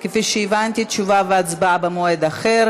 ועוברת לוועדת החוקה,